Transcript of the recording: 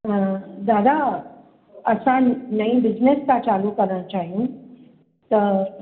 हा दादा असां नई बिज़नेस था चालू करण चाहियूं त